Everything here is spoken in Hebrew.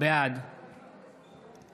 בעד